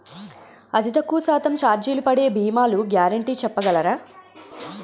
అతి తక్కువ శాతం ఛార్జీలు పడే భీమాలు గ్యారంటీ చెప్పగలరా?